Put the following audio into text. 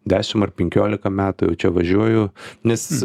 dešim ar penkiolika metų jau čia važiuoju nes